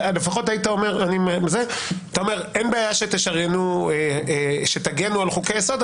אין בעיה שתגנו על חוקי יסוד,